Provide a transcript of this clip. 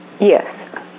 Yes